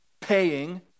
paying